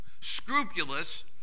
Scrupulous